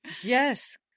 Yes